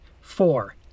four